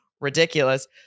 ridiculous